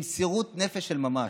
במסירות נפש של ממש,